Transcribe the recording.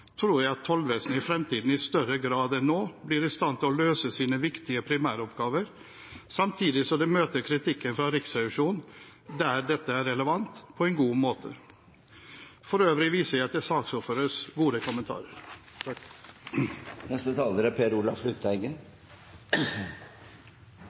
tror jeg at tollvesenet i fremtiden i større grad enn nå blir i stand til å løse sine viktige primæroppgaver, samtidig som de møter kritikken fra Riksrevisjonen der dette er relevant, på en god måte. For øvrig viser jeg til saksordførerens gode kommentarer. Riksrevisjonens undersøkelse av Toll- og avgiftsetatens grensekontroll er